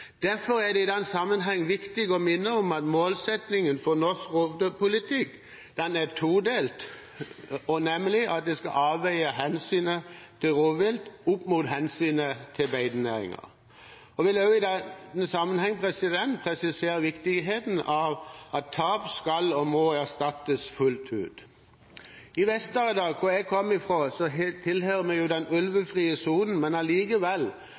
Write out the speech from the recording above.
Derfor er det i denne sammenhengen viktig å minne om at målsettingen for norsk rovdyrpolitikk er todelt: avveie hensynet til rovvilt opp mot hensynet til beitenæringen. Jeg vil også i denne sammenhengen presisere viktigheten av at tap skal og må erstattes fullt ut. Vest-Agder, hvor jeg